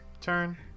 turn